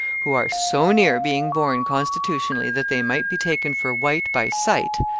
who are so near being born constitutionally that they might be taken for white by sight,